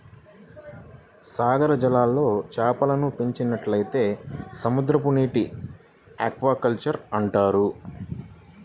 సాగర జలాల్లో చేపలను పెంచినట్లయితే సముద్రనీటి ఆక్వాకల్చర్ అంటారు